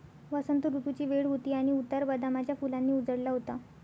वसंत ऋतूची वेळ होती आणि उतार बदामाच्या फुलांनी उजळला होता